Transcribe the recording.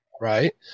right